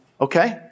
Okay